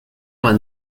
vingt